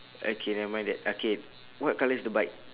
okay nevermind that okay what colour is the bike